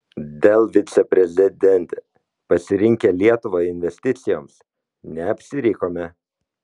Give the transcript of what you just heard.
dell viceprezidentė pasirinkę lietuvą investicijoms neapsirikome